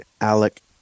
ALEC